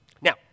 Now